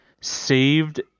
saved